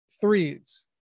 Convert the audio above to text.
threes